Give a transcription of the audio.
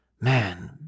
man